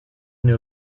une